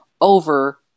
over